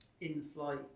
in-flight